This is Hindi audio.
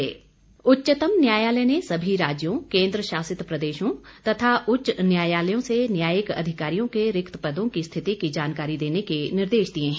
रिक्त पद उच्चतम न्यायालय ने सभी राज्यों केन्द्र शासित प्रदेशों तथा उच्च न्यायालयों से न्यायिक अधिकारियों के रिक्त पदों की स्थिति की जानकारी देने के निर्देश दिए है